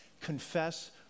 confess